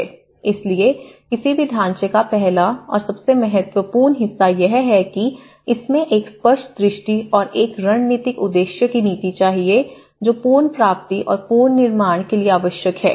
इसलिए किसी भी ढांचे का पहला और सबसे महत्वपूर्ण हिस्सा यह है कि इसमें एक स्पष्ट दृष्टि और एक रणनीतिक उद्देश्य की नीति चाहिए जो पुनर्प्राप्ति और पुनर्निर्माण के लिए आवश्यक है